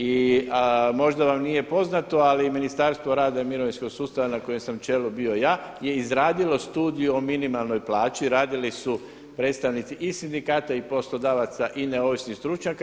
I moda vam nije poznato, ali Ministarstvo rada i mirovinskog sustava na koje sam čelu bio ja, je izradilo studiju o minimalnoj plaći, radili su i predstavnici i sindikata i poslodavaca i neovisnih stručnjaka.